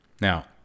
Now